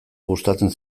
gustatzen